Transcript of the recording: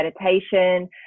meditation